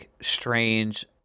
strange